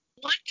One